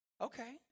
okay